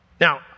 Now